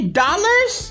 dollars